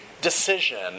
decision